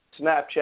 Snapchat